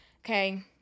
Okay